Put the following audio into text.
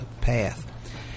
path